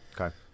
okay